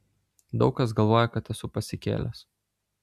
daug kas galvoja kad esu pasikėlęs